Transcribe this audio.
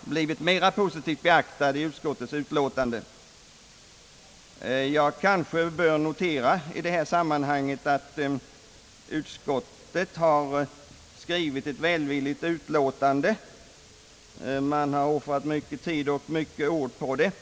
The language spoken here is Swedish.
blivit bättre beaktad i utskottsutlåtandet. I detta sammanhang kanske jag bör notera att utskottet har skrivit ett välvilligt utlåtande. Man har offrat mycken tid och många ord på det.